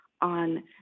on